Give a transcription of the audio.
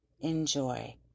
Enjoy